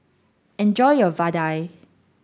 enjoy your Vadai